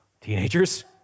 teenagers